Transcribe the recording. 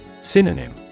Synonym